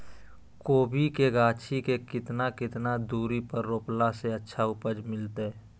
कोबी के गाछी के कितना कितना दूरी पर रोपला से अच्छा उपज मिलतैय?